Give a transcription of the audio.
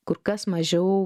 kur kas mažiau